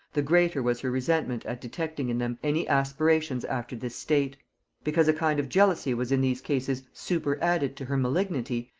the greater was her resentment at detecting in them any aspirations after this state because a kind of jealousy was in these cases superadded to her malignity,